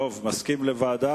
חבר הכנסת דב חנין, מסכים לוועדה?